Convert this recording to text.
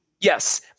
Yes